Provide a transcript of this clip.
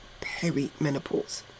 perimenopause